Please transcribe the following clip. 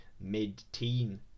mid-teen